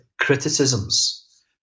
criticisms